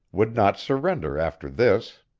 would not surrender after this?